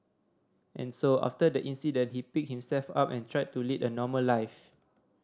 and so after the accident he picked himself up and tried to lead a normal life